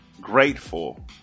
Grateful